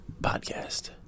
podcast